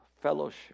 fellowship